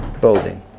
building